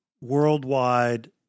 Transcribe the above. worldwide